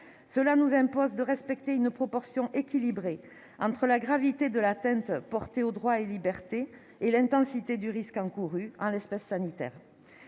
en lui imposant de respecter une proportion équilibrée entre la gravité de l'atteinte portée aux droits et libertés et l'intensité du risque encouru, en l'espèce sanitaire.